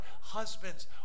Husbands